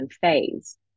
phase